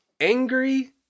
Angry